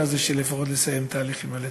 הזה של לפחות לסיים את ההליכים האלה.